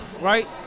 right